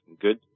good